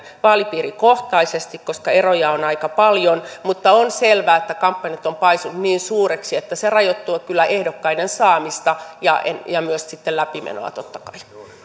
vaalipiirikohtaisesti koska eroja on aika paljon mutta on selvää että kampanjat ovat paisuneet niin suuriksi että se rajoittaa kyllä ehdokkaiden saamista ja ja myös sitten läpimenoa totta kai arvoisa rouva